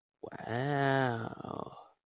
Wow